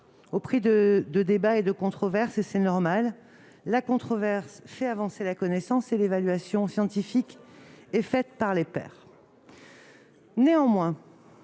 au prix de débats et de controverses, comme il est normal, car la controverse fait avancer la connaissance et l'évaluation scientifique est faite par les pairs. Mais